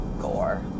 Gore